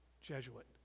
Jesuit